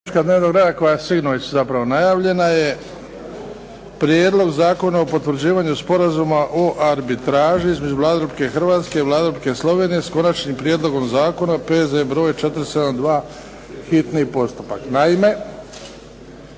točka dnevnog reda koja je sinoć najavljena je 5. Prijedlog Zakona o potvrđivanju Sporazuma o arbitraži između Vlade Republike Hrvatske i Vlade Republike Slovenije, s Konačnim prijedlogom Zakona, hitni postupak, prvo